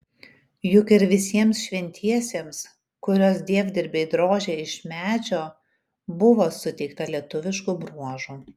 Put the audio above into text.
juk ir visiems šventiesiems kuriuos dievdirbiai drožė iš medžio buvo suteikta lietuviškų bruožų